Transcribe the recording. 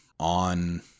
on